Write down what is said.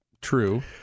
True